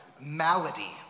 malady